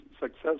success